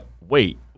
wait